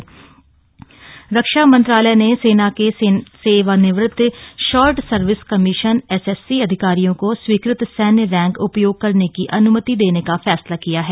SSC रक्षा मंत्रालय ने सेना के सेवानिवृत्त शॉर्ट सर्विस कमीशन एसएससी अधिकारियों को स्वीकृत सैन्य रेंक उपयोग करने की अन्मति देने का फैसला किया है